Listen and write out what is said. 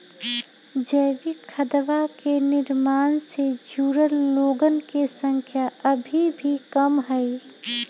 जैविक खदवा के निर्माण से जुड़ल लोगन के संख्या अभी भी कम हई